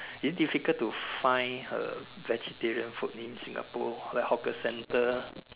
is it difficult to find a vegetarian food in Singapore like hawker centre